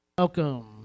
Welcome